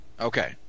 Okay